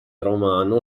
romano